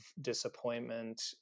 disappointment